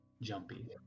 jumpy